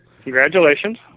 Congratulations